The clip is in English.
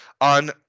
on